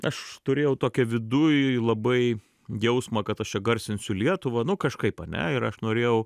aš turėjau tokią viduj labai jausmą kad aš čia garsinsiu lietuvą nu kažkaip ane ir aš norėjau